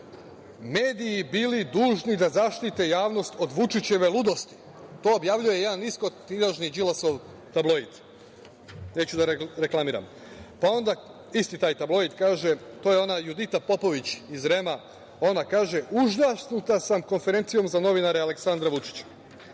mediji bili dužni da zaštite javnost od Vučićeve ludosti, to objavljuje jedan niskotiražni Đilasov tabloid, neću da reklamiram. Pa onda, isti taj tabloid kaže, to je ona Judita Popović iz REM-a, ona kaže – užasnuta sam konferencijom za novinare Aleksandra Vučića.